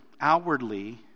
Outwardly